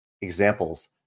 examples